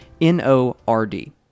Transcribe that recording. N-O-R-D